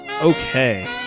Okay